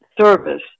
service